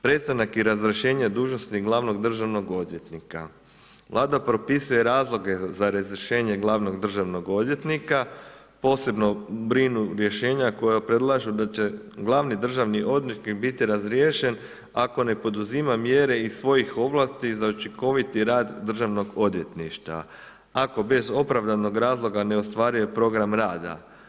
Prestanak i razrješenje dužnosti glavnog državnog odvjetnika, Vlada propisuje razloge za razrješenje glavnog državnog odvjetnika, posebno brinu rješenja koja predlažu da će glavni državni odvjetnik biti razriješen kako ne poduzima mjere iz svojih ovlasti za učinkoviti rad Državnog odvjetništva ako bez opravdanog razloga ne ostvaruje program rada.